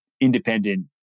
independent